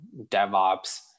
DevOps